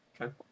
Okay